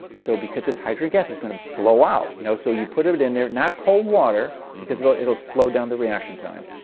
so because it's hydrogen gas, it's going to blow out, you know so you put it it in there, not cold water because it'll it'll slow down the reaction time,